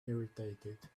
irritated